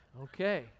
Okay